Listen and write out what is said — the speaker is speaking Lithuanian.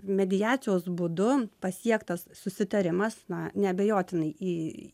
mediacijos būdu pasiektas susitarimas na neabejotinai į